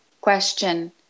question